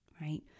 right